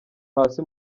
hasi